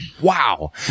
wow